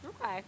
Okay